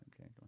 okay